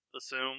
assume